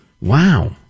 Wow